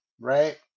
right